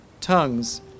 tongues